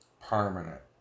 permanent